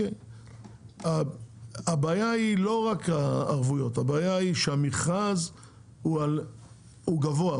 הבעיה אינה רק הערבויות, אלא שהמכרז גבוה.